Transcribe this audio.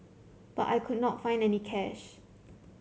but I could not find any cash